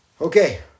Okay